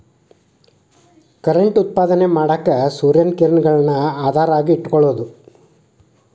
current ಉತ್ಪಾದನೆ ಮಾಡಾಕ ಸೂರ್ಯನ ಕಿರಣಗಳನ್ನ ಆಧಾರವಾಗಿ ಇಟಕೊಳುದು